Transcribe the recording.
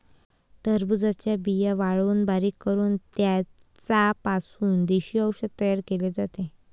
टरबूजाच्या बिया वाळवून बारीक करून त्यांचा पासून देशी औषध तयार केले जाते